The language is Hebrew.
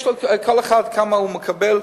יש לכל אחד, כמה הוא מקבל,